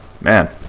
man